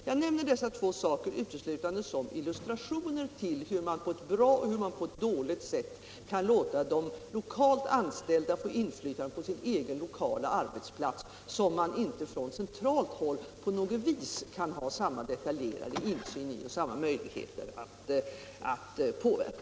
Jag nämner dessa två saker uteslutande som illustrationer till hur man på ett bra och på ett dåligt sätt kan låta de lokalt anställda få inflytande på sin egen lokala arbetsplats, som man inte från centralt håll på något vis kan ha samma detaljerade insyn i och möjligheter att påverka.